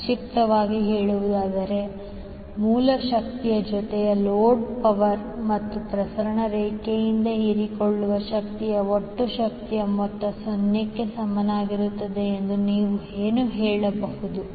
ಸಂಕ್ಷಿಪ್ತವಾಗಿ ಹೇಳುವುದಾದರೆ ಮೂಲ ಶಕ್ತಿಯ ಜೊತೆಗೆ ಲೋಡ್ ಪವರ್ ಮತ್ತು ಪ್ರಸರಣ ರೇಖೆಯಿಂದ ಹೀರಿಕೊಳ್ಳುವ ಶಕ್ತಿಯ ಒಟ್ಟು ಶಕ್ತಿಯ ಮೊತ್ತ 0 ಕ್ಕೆ ಸಮನಾಗಿರುತ್ತದೆ ಎಂದು ನೀವು ಏನು ಹೇಳಬಹುದು